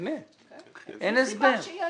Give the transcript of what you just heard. אין הסבר.